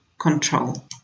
control